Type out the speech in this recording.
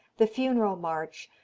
the funeral march,